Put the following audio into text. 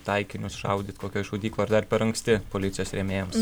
taikinius šaudyt kokioj šaudykloj ar dar per anksti policijos rėmėjams